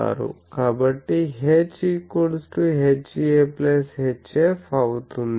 కాబట్టి H HA HF అవుతుంది